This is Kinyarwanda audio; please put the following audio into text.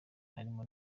harimo